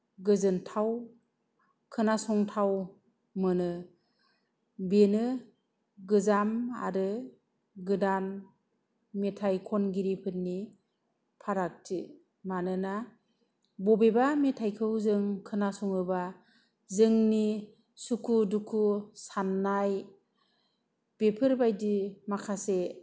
गोजोनथाव खोनासंथाव मोनो बेनो गोजाम आरो गोदान मेथाय खनगिरिफोरनि फारागथि मानोना बबेबा मेथायखौ जों खोनासङोबा जोंनि सुखु दुखु सान्नाय बेफोरबायदि माखासे